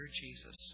Jesus